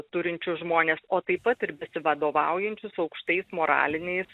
turinčius žmones o taip pat ir besivadovaujančius aukštais moraliniais